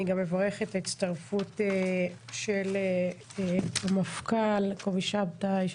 אני מברכת על ההצטרפות של המפכ"ל קובי שבתאי,